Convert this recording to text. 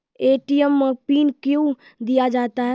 ATM मे pin कयो दिया जाता हैं?